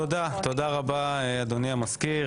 תודה רבה אדוני המזכיר.